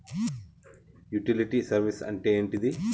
Utility service అంటే ఏంటిది?